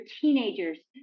teenagers